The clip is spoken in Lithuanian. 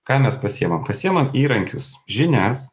ką mes pasiimam pasiimam įrankius žinias